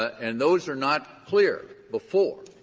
and those are not clear before,